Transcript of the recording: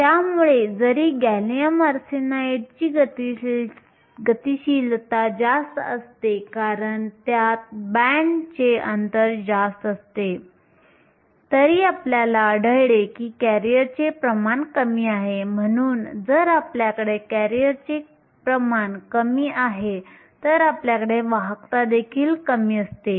त्यामुळे जरी गॅलियम आर्सेनाइडची गतिशीलता जास्त असते कारण त्यात बँडचे अंतर जास्त असते तरी आपल्याला आढळले की करिअरचे प्रमाण कमी आहे म्हणून जर आपल्याकडे करिअरचे प्रमाण कमी आहे तर आपल्याकडे वाहकता देखील कमी असेल